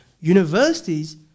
Universities